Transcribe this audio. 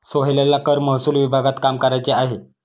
सोहेलला कर महसूल विभागात काम करायचे आहे